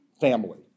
family